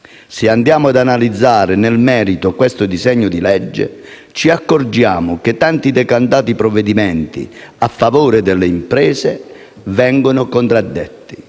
Se analizziamo nel merito questo disegno di legge, ci accorgiamo che i tanti decantati provvedimenti a favore delle imprese vengono contraddetti